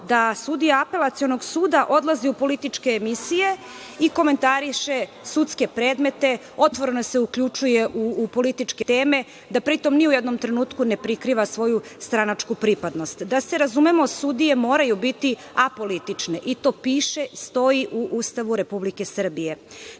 da sudija Apelacionog suda odlazi u političke emisije i komentariše sudske predmete, otvoreno se uključuje u političke teme, da pritom ni u jednom trenutku ne prikriva svoju stranačku pripadnost. Da se razumemo, sudije moraju biti apolitične i to piše i stoji u Ustavu Republike Srbije.